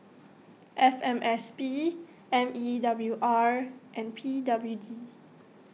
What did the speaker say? F M S P M E W R and P W D